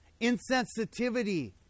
Insensitivity